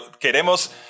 queremos